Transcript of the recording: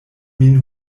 min